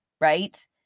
Right